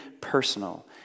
personal